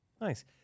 Nice